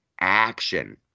action